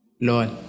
Lord